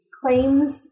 claims